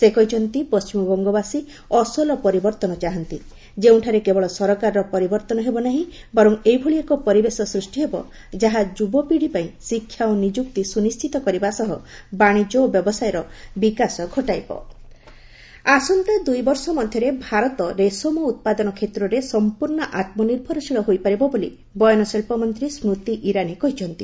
ସେ କହିଛନ୍ତି ପଣ୍ଟିମବଙ୍ଗବାସୀ ଅସଲ ପରିବର୍ତ୍ତନ ଚାହାନ୍ତି ଯେଉଁଠାରେ କେବଳ ସରକାରର ପରିବର୍ତ୍ତନ ହେବ ନାହିଁ ବରଂ ଏଭଳି ଏକ ପରିବେଶ ସୃଷ୍ଟି ହେବ ଯାହା ଯୁବପିଢ଼ିପାଇଁ ଶିକ୍ଷା ଓ ନିଯୁକ୍ତି ସୁନିଣ୍ଢିତ କରିବା ସହ ବାଶିଙ୍ଘ୍ୟ ଓ ବ୍ୟବସାୟର ବିକାଶ ଘଟାଇବ ସ୍କ୍ରତି ଇରାନୀ ଆସନ୍ତା ଦୁଇବର୍ଷ ମଧ୍ୟରେ ଭାରତ ରେଶମ ଉତ୍ପାଦନ କ୍ଷେତ୍ରରେ ସମ୍ପୂର୍ଣ୍ଣ ଆତ୍ମନିର୍ଭରଶୀଳ ହୋଇପାରିବ ବୋଲି ବୟନ ଶିଳ୍ପମନ୍ତ୍ରୀ ସ୍କୁତି ଇରାନୀ କହିଛନ୍ତି